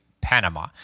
Panama